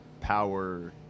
power